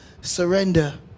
surrender